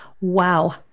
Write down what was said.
Wow